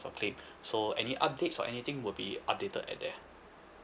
your claim so any updates or anything will be updated at there